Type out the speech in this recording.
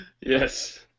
Yes